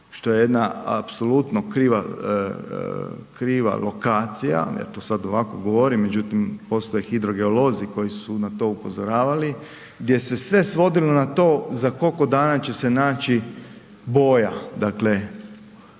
što je jedna apsolutno kriva lokacija, ja to sad ovako govorim, međutim postoje hidrogeolozi koji su na to upozoravali gdje se sve svodilo na to za koliko dana će se naći boja, dakle